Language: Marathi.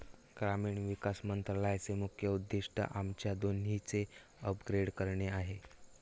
ग्रामीण विकास मंत्रालयाचे मुख्य उद्दिष्ट आमच्या दोन्हीचे अपग्रेड करणे आहे